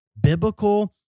biblical